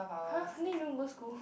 !huh! then you don't go school